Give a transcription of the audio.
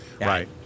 right